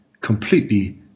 completely